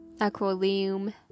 Aquarium